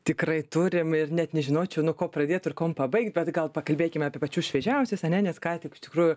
tikrai turim ir net nežinočiau nuo ko pradėt ir kuom pabaigt bet gal pakalbėkim apie pačius šviežiausius ane nes ką tik iš tikrųjų